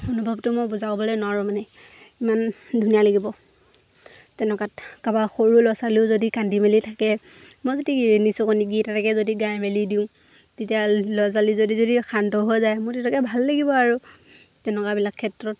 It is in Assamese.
অনুভৱটো মই বুজাবলৈ নোৱাৰো মানে ইমান ধুনীয়া লাগিব তেনেকুৱাত কাবাৰ সৰু ল'ৰা ছোৱালীও যদি কান্দি মেলি থাকে মই যদি নিচুকণী গীত এটাকে যদি গাই মেলি দিওঁ তেতিয়া ল'ৰা ছোৱালী যদি যদি শান্ত হৈ যায় মোৰ তেতিয়া ভাল লাগিব আৰু তেনেকুৱাবিলাক ক্ষেত্ৰত